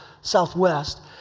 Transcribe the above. southwest